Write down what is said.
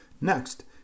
Next